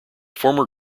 former